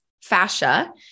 fascia